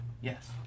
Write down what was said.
Yes